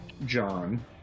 John